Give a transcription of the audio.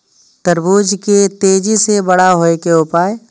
तरबूज के तेजी से बड़ा होय के उपाय?